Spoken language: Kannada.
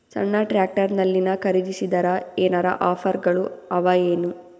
ಸಣ್ಣ ಟ್ರ್ಯಾಕ್ಟರ್ನಲ್ಲಿನ ಖರದಿಸಿದರ ಏನರ ಆಫರ್ ಗಳು ಅವಾಯೇನು?